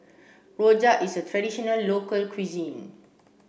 Rojak is a traditional local cuisine